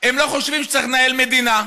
הם לא חושבים שצריך לנהל מדינה,